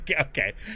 Okay